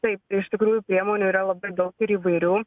taip iš tikrųjų priemonių yra labai daug ir įvairių